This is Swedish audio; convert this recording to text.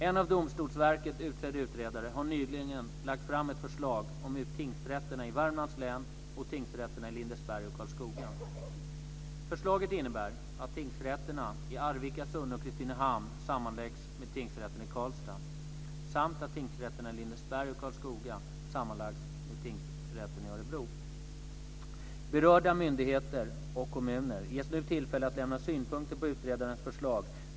En av Domstolsverket utsedd utredare har nyligen lagt fram ett förslag om tingsrätterna i Värmlands län och tingsrätterna i Lindesberg och Karlskoga. Förslaget innebär att tingsrätterna i Arvika, Sunne och Kristinehamn sammanläggs med tingsrätten i Karlstad samt att tingsrätterna i Lindesberg och Karlskoga sammanläggs med tingsrätten i Örebro. Berörda myndigheter och kommuner ges nu tillfälle att lämna synpunkter på utredarens förslag.